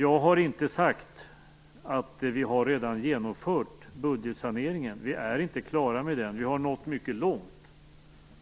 Jag har inte sagt att vi redan har genomfört budgetsaneringen. Vi är inte klara med den. Vi har nått mycket långt.